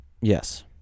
Yes